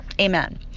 amen